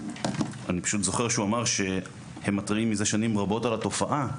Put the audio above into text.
אני זוכר שהוא אמר שהם מתריעים מזה שנים רבות על התופעה.